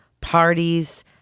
parties